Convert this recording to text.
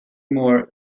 more